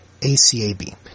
ACAB